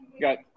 got